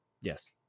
Yes